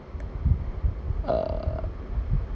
err